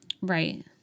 Right